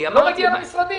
זה לא מגיע למשרדים,